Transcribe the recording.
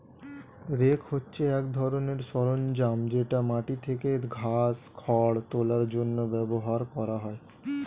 rake হচ্ছে এক ধরনের সরঞ্জাম যেটা মাটি থেকে ঘাস, খড় তোলার জন্য ব্যবহার করা হয়